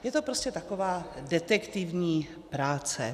Je to prostě taková detektivní práce.